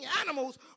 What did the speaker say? animals